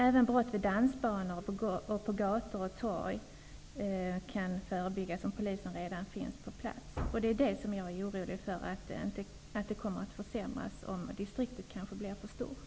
Även brott på dansbanor och vid gator och torg kan förebyggas om polisen redan finns på plats. Jag är orolig för att dessa möjligheter kommer att försämras om distriktet blir för stort.